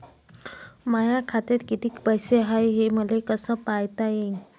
माया खात्यात कितीक पैसे हाय, हे मले कस पायता येईन?